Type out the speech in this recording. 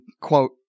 quote